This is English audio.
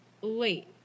Wait